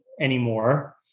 anymore